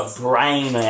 brain